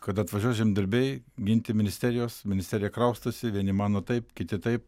kad atvažiuos žemdirbiai ginti ministerijos ministerija kraustosi vieni mano taip kiti taip